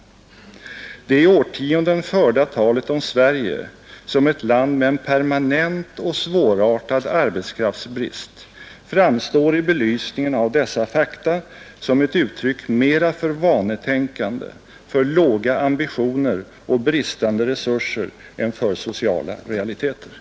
Det i årtionden förda talet om Sverige som ett land med en permanent och svårartad arbetskraftsbrist framstår i belysningen av dessa fakta som ett uttryck mera för vanetänkande, för låga ambitioner och bristande resurser än för sociala realiteter.”